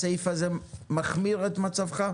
והסעיף הזה מחמיר את מצבך?